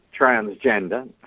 transgender